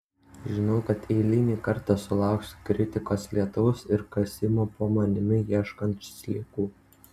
žinau kad eilinį kartą sulauksiu kritikos lietaus ir kasimo po manimi ieškant sliekų